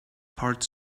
part